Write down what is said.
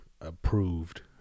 approved